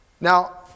Now